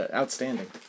outstanding